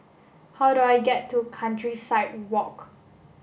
how do I get to Countryside Walk